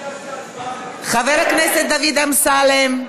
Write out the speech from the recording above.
חבר הכנסת דוד אמסלם,